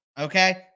okay